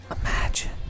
imagine